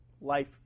life